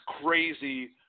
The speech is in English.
crazy